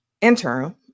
interim